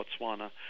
Botswana